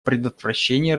предотвращении